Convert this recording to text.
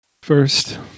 First